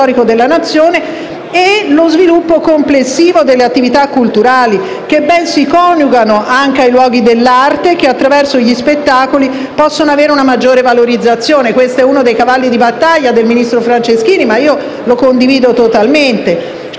patrimonio storico della Nazione, e lo sviluppo complessivo delle attività culturali, che si coniugano bene anche ai luoghi dell'arte e che, attraverso gli spettacoli, possono avere una valorizzazione maggiore. È uno dei cavalli di battaglia del ministro Franceschini, che io condivido a pieno;